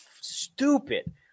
stupid